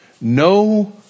No